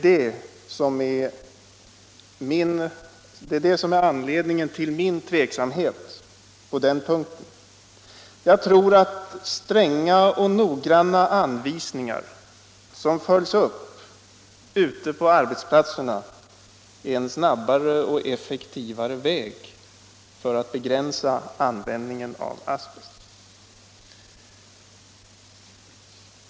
Det är det som är anledningen till min tveksamhet på den punkten. Jag tror att nogranna anvisningar som följs upp ute på arbetsplatserna är en snabbare och effektivare väg att gå för att begränsa användningen av asbest.